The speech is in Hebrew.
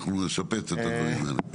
אנחנו עוד נשפץ את הדברים האלה.